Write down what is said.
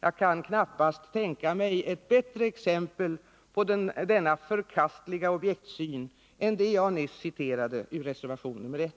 Jag kan knappast tänka mig ett bättre exempel på denna förkastliga objektsyn än det jag nyss citerade ur reservation nr 1.